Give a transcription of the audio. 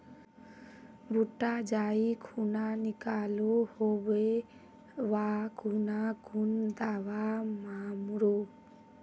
भुट्टा जाई खुना निकलो होबे वा खुना कुन दावा मार्मु?